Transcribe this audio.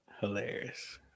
Hilarious